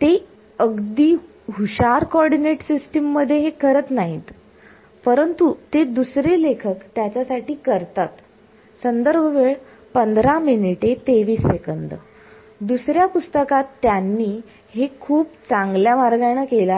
ते अगदी हुशार कॉर्डीनेट सिस्टीम मध्ये हे करत नाहीत परंतु ते दुसरे लेखक याच्या साठी करतात संदर्भ वेळ 1523 दुसऱ्या पुस्तकात त्यांनी हे खूप चांगल्या मार्गाने केलं आहे